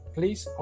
Please